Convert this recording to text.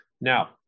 now